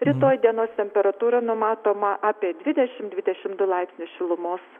rytoj dienos temperatūra numatoma apie dvidešimt dvidešimt du laipsnius šilumos